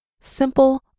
simple